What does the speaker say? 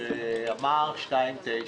ואמר 2.9